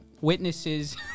witnesses